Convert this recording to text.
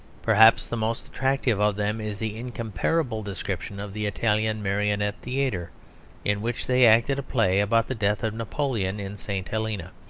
perhaps the most attractive of them is the incomparable description of the italian marionette theatre in which they acted a play about the death of napoleon in st. helena.